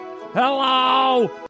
Hello